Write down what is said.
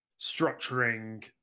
structuring